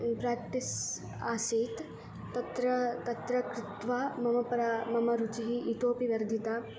practice आसीत् तत्र तत्र कृत्वा मम परा मम रुचिः इतोऽपि वर्धिता